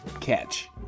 Catch